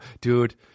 dude